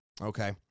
Okay